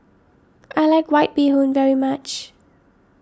I like White Bee Hoon very much